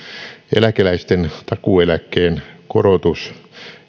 eläkeläisten takuueläkkeen korotus